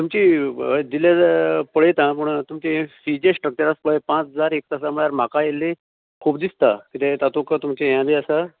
तुमची हय दिलें जाल्यार पळयतां पूण तुमची फीचें स्ट्रक्चर आसा पलय पांच हजार एक आसा म्हळ्यार म्हाका इल्ली खूब दिसता कितें तातूंक तुमचें हें बी आसा